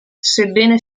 sebbene